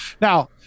now